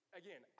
again